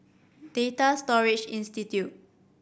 Data Storage Institute